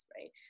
right